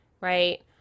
Right